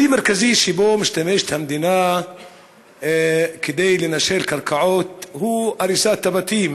כלי מרכזי שבו משתמשת המדינה כדי לנשל קרקעות הוא הריסת הבתים